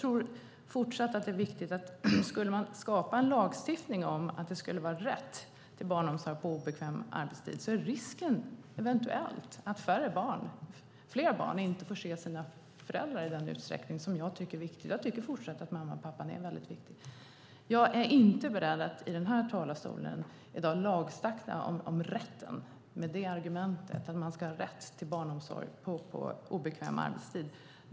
Om man antar en lagstiftning om rätt till barnomsorg på obekväm arbetstid är risken eventuellt att fler barn inte får träffa sina föräldrar i den utsträckning som jag tycker är viktig. Jag tycker fortsatt att både mamman och pappan är väldigt viktiga. Jag är inte beredd att i dag i den här talarstolen förorda en lagstiftning om en rätt till barnomsorg på obekväm arbetstid.